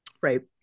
Right